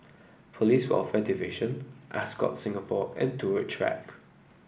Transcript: Police Welfare Division Ascott Singapore and Turut Track